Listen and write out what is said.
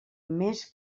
més